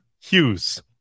Hughes